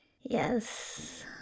Yes